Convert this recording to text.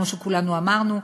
כמו שכולנו אמרנו,